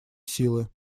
силы